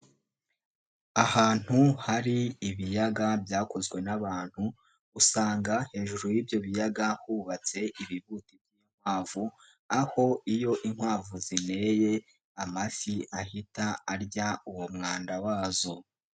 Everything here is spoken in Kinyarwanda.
Ahantu hari ibiyaga byakozwe n'abantu, usanga hejuru y'ibyo biyaga hubatse ibibuti by'inkwavu, aho iyo inkwavu zineye, amafi ahita arya uwo mwanda wazo.